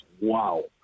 Wow